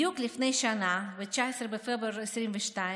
בדיוק לפני שנה, ב-19 בפברואר 2022,